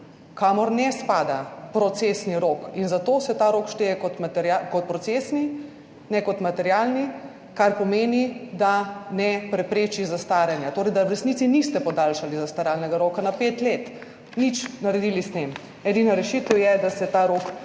kamor ne spada procesni rok, in zato se ta rok šteje kot procesni, ne kot materialni, kar pomeni, da ne prepreči zastaranja, torej da v resnici niste podaljšali zastaralnega roka na pet let. Nič naredili s tem. Edina rešitev je, da se ta rok